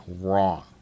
wrong